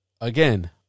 again